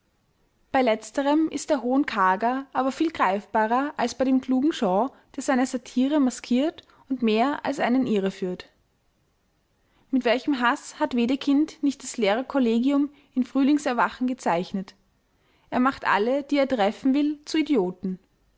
bei letzterem ist der hohn karger aber viel greifbarer als bei dem klugen shaw der seine satire maskiert und mehr als einen irreführt mit welchem haß hat wedekind nicht das lehrer-collegium in frühlingserwachen gezeichnet er macht alle die er treffen will zu idioten